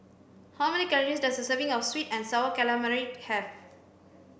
how many calories does a serving of sweet and sour calamari have